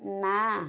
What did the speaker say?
ନା